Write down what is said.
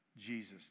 Jesus